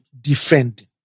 defending